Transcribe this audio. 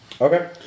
Okay